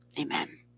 Amen